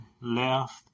left